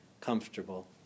comfortable